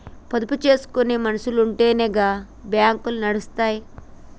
పొదుపు జేసుకునే మనుసులుంటెనే గా బాంకులు నడుస్తయ్